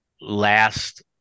last